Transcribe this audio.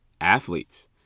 Athletes